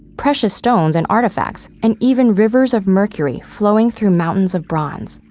precious stones and artifacts, and even rivers of mercury flowing through mountains of bronze.